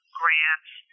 grants